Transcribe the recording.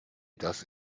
das